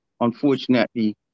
unfortunately